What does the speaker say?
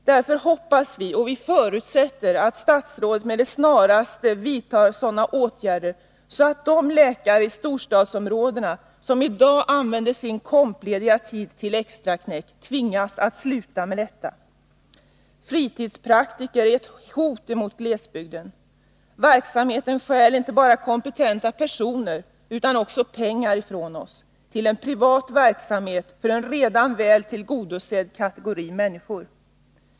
Av den anledningen förutsätter vi att statsrådet med det snaraste vidtar sådana åtgärder att de läkare i storstadsområdena som i dag använder sin kompensationslediga tid till extraknäck tvingas att sluta med detta. Fritidspraktiker är ett hot emot glesbygden. Verksamheten stjäl inte bara kompetenta personer utan också pengar ifrån oss, till en privat verksamhet för en redan väl tillgodosedd kategori människor.